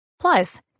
Plus